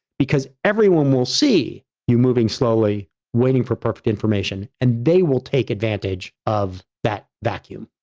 because everyone will see you moving slowly waiting for perfect information, and they will take advantage of that vacuum.